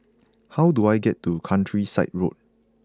how do I get to Countryside Road